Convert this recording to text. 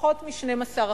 פחות מ-12%.